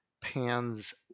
pans